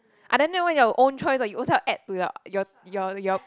I don't know this one your own choice ah you ovrselves add to your your your your